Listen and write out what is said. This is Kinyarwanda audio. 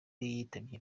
yitavye